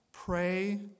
Pray